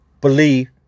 believe